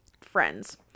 friends